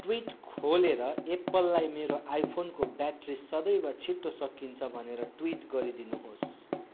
tweet खोलेर एप्पललाई मेरो आईफोनको ब्याट्री सदैव छिट्टो सकिन्छ भनेर ट्विट गरिदिनुहोस्